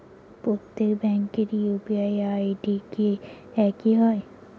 প্রত্যেক ব্যাংকের UPI ID কি একই হয়?